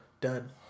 Done